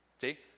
See